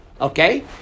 Okay